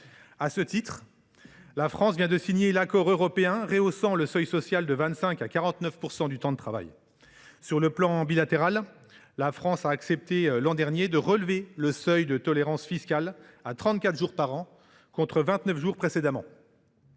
À ce titre, la France vient de signer l’accord européen rehaussant le seuil social de 25 % à 49 % du temps de travail. Sur le plan bilatéral, la France a accepté l’an dernier de relever le seuil de tolérance fiscale à trente quatre jours par an, contre vingt neuf jours précédemment.